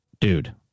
dude